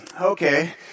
okay